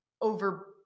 over